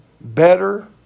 better